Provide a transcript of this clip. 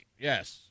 yes